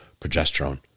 progesterone